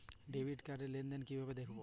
Debit card র লেনদেন কিভাবে দেখবো?